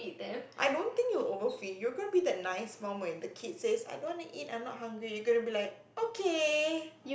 I don't think you'll overfeed you are going to be that nice mum when the kids says I don't want to eat I'm not hungry you are going to be like okay